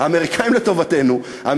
האמריקנים לטובתכם, ומה לעשות, הם צודקים.